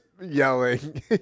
yelling